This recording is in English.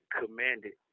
commanded